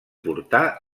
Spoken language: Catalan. portar